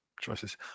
choices